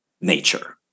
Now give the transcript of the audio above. nature